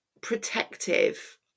protective